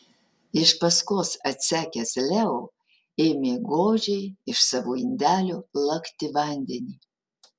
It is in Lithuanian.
iš paskos atsekęs leo ėmė godžiai iš savo indelio lakti vandenį